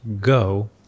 go